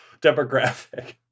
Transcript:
demographic